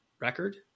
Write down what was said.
record